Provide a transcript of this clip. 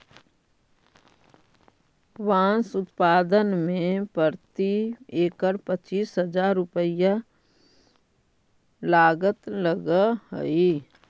बाँस उत्पादन में प्रति एकड़ पच्चीस हजार रुपया लागत लगऽ हइ